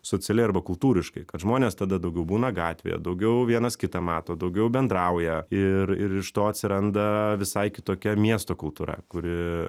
socialiai arba kultūriškai kad žmonės tada daugiau būna gatvėje daugiau vienas kitą mato daugiau bendrauja ir ir iš to atsiranda visai kitokia miesto kultūra kuri